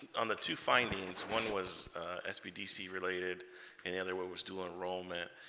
on the two findings one was sbdc related and the other what we're still enrollment